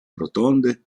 rotonde